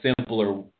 simpler